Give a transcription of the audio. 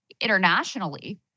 internationally